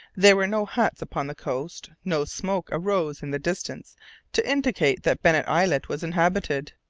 there were no huts upon the coast, no smoke arose in the distance to indicate that bennet islet was inhabited.